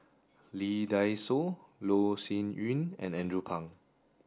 Lee Dai Soh Loh Sin Yun and Andrew Phang